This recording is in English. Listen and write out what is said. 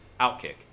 Outkick